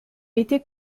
été